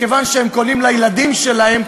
מכיוון שהם קונים לילדים שלהם,